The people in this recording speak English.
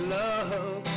love